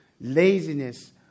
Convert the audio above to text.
laziness